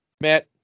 Matt